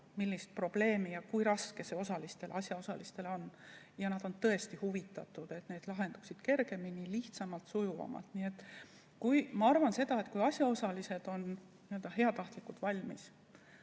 tuleb] ja kui raske see on asjaosalistele. Nad on tõesti huvitatud, et need laheneksid kergemini, lihtsamalt, sujuvamalt. Ma arvan seda, et kui asjaosalised on heatahtlikult valmis,